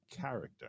Character